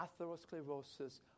atherosclerosis